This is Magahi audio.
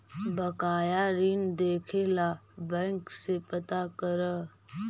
बकाया ऋण देखे ला बैंक से पता करअ